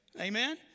Amen